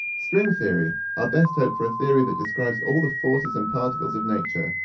string theory, our best hope for a theory that describes all the forces and particles of nature,